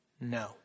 no